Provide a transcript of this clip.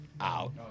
out